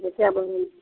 तऽ क्या बोलु